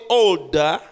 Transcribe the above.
older